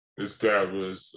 establish